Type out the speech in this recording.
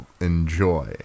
enjoy